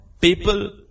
people